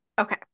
okay